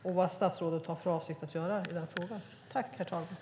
Vad har statsrådet för avsikt att göra i denna fråga?